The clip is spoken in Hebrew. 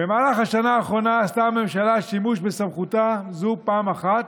במהלך השנה האחרונה עשתה הממשלה שימוש בסמכותה זו פעם אחת,